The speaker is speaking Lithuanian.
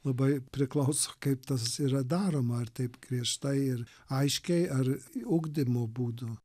labai priklauso kaip tas yra daroma ir taip griežtai ir aiškiai ar ugdymo būdu